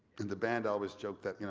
and the band always joked that,